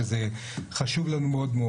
שזה חשוב לנו מאוד.